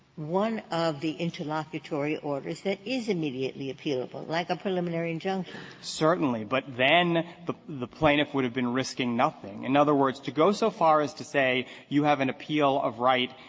one of the interlocutory orders that is immediately appealable, like a preliminary injunction. stris certainly. but then the the plaintiff would have been risking nothing. in other words, to go so far as to say you have an appeal of right